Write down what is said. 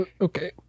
Okay